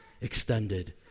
extended